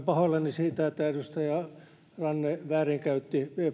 pahoillani siitä että edustaja ranne väärinkäytti